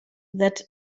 that